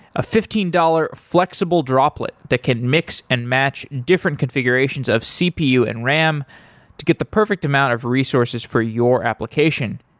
a fifteen dollars flexible droplet that can mix and match different configurations of cpu and ram to get the perfect amount of resources for your application.